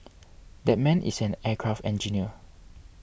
that man is an aircraft engineer